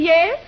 Yes